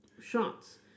shots